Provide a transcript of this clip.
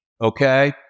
Okay